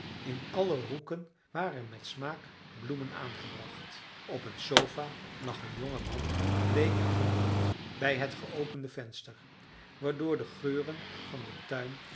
in alle hoeken waren met smaak bloemen aangebracht op een sofa lag een jonge man bleek en vermoeid bij het geopende venster waardoor de geuren van den tuin